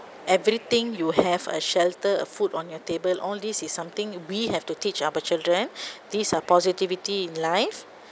everything you have a shelter a food on your table all these is something we have to teach our children these are positivity in life